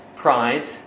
pride